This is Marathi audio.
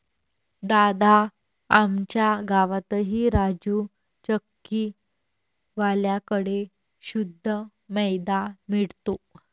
दादा, आमच्या गावातही राजू चक्की वाल्या कड़े शुद्ध मैदा मिळतो